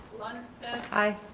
lundstedt. i.